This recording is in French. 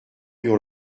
dure